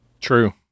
True